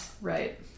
Right